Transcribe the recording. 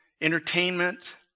entertainment